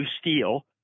steel